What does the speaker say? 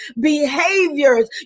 behaviors